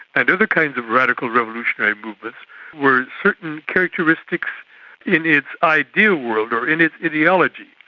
and other kinds of radical revolutionary movements were certain characteristics in its ideal world or in its ideology.